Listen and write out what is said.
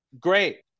Great